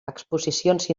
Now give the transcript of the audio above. exposicions